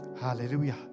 Hallelujah